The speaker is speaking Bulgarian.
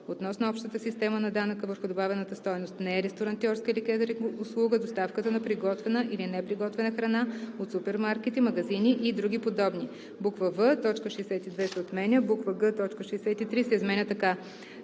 относно общата система на данъка върху добавената стойност. Не е ресторантьорска или кетъринг услуга доставката на приготвена или неприготвена храна от супермаркети, магазини и други подобни.“ в) т. 62 се отменя. г) Точка 63 се изменя така: